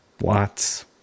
Watts